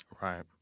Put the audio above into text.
Right